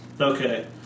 Okay